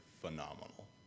phenomenal